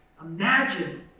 Imagine